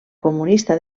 comunista